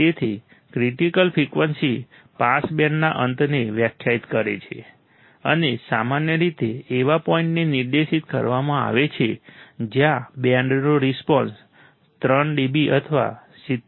તેથી critical frequency pass બેન્ડના અંતને વ્યાખ્યાયિત કરે છે અને સામાન્ય રીતે એવા પોઇન્ટે નિર્દિષ્ટ કરવામાં આવે છે જ્યાં બેન્ડનો રિસ્પોન્સ 3 dB અથવા 70